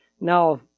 Now